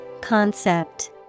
Concept